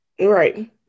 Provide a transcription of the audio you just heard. Right